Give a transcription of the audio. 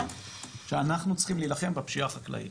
שאנחנו צריכים להילחם בפשיעה החקלאית.